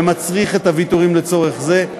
ומצריך את הוויתורים לצורך זה,